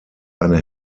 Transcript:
eine